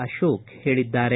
ಅಶೋಕ ಹೇಳಿದ್ದಾರೆ